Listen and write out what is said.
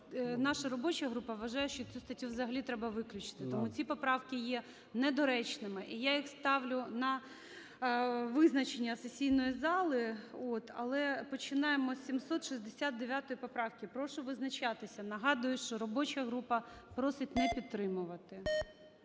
наша робоча група вважає, що цю статтю взагалі треба виключити. Тому ці поправки є недоречними, і я їх ставлю на визначення сесійної зали, але починаємо з 769 поправки. Прошу визначатися. Нагадую, що робоча група просить не підтримувати.